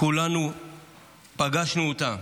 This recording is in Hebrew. כולנו פגשנו אותם